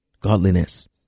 Godliness